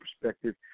perspective